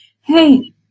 hey